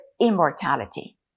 immortality